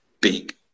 big